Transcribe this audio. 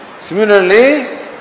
Similarly